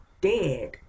dead